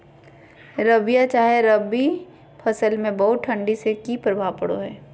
रबिया चाहे रवि फसल में बहुत ठंडी से की प्रभाव पड़ो है?